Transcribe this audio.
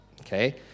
Okay